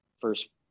first